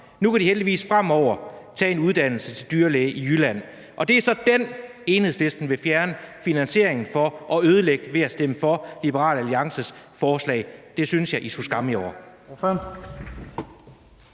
Nu kan de heldigvis fremover tage en uddannelse til dyrlæge i Jylland, og det er så den, Enhedslisten vil fjerne finansieringen for og ødelægge ved at stemme for Liberal Alliances forslag. Det synes jeg I skulle skamme jer